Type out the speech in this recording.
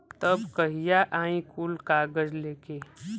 तब कहिया आई कुल कागज़ लेके?